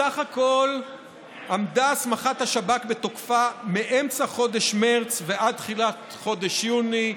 בסך הכול עמדה הסמכת השב"כ בתוקפה מאמצע חודש מרץ ועד תחילת חודש יוני,